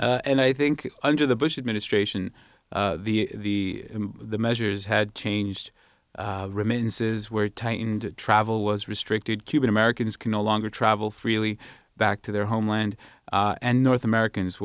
goner and i think under the bush administration the the measures had changed remains is where tightened travel was restricted cuban americans can no longer travel freely back to their homeland and north americans